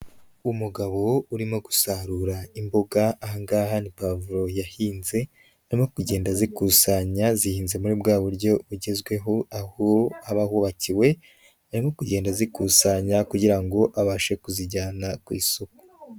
Umugabo urimo gusarura imboga aha ngaha ni puwavulo yahinze arimo kugenda zikusanya zihinze muri bwa buryo bugezweho aho aba hubakiwe arimo kugenda zikusanya kugira ngo abashe kuzijyana ku isoko.